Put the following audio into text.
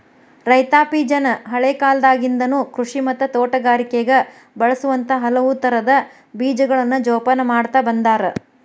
ರೈತಾಪಿಜನ ಹಳೇಕಾಲದಾಗಿಂದನು ಕೃಷಿ ಮತ್ತ ತೋಟಗಾರಿಕೆಗ ಬಳಸುವಂತ ಹಲವುತರದ ಬೇಜಗಳನ್ನ ಜೊಪಾನ ಮಾಡ್ತಾ ಬಂದಾರ